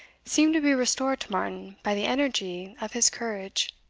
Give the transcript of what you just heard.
seemed to be restored to martin by the energy of his courage.